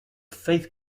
faith